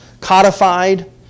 codified